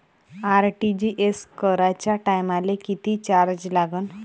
RTGS कराच्या टायमाले किती चार्ज लागन?